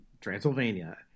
Transylvania